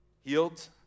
Healed